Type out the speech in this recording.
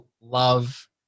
love